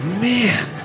man